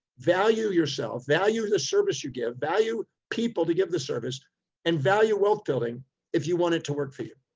value yourself, value the service you give, value people to give the service and value wealth building if you want it to work for you,